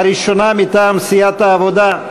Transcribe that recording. הראשונה, מטעם סיעת העבודה: